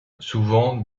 souvent